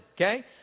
okay